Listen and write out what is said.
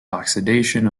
oxidation